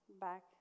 Back